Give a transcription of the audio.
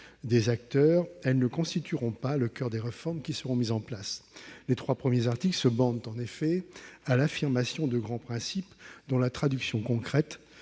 des acteurs, elles ne constitueront pas le coeur des réformes qui seront mises en place. Les trois premiers articles se bornent en effet à l'affirmation de grands principes dont la traduction concrète